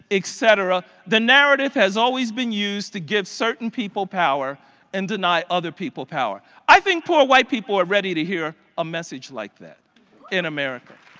etc. the narrative has always been used to give certain people power and deny other people power. i think that white people are ready to hear a message like that in america.